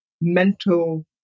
mental